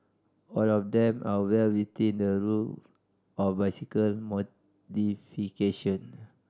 all of them are well within the rule of bicycle modification